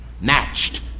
matched